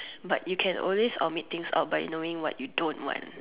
but you can always omit things out by knowing what you don't want